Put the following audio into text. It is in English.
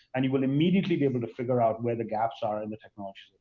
and you will immediately be able to figure out where the gaps are in the technology.